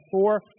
four